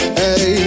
hey